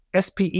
SPE